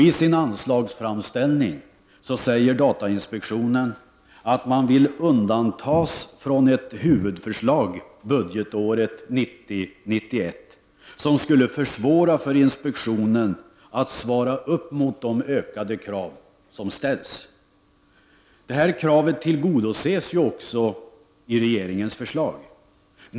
I sin anslagsframställning säger datainspektionen att den vill undantas från ett sådant huvudförslag för budgetåret 1990/91 som skulle försvåra för inspektionen att motsvara de ökade krav som ställs. Detta krav tillgodoses också i regeringens förslag.